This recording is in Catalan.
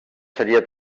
seria